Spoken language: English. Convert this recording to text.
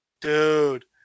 Dude